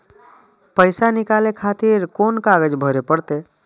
पैसा नीकाले खातिर कोन कागज भरे परतें?